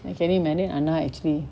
can you imagine அண்ணா:anna actually